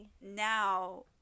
now